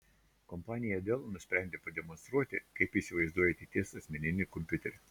kompanija dell nusprendė pademonstruoti kaip ji įsivaizduoja ateities asmeninį kompiuterį